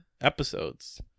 episodes